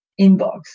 inbox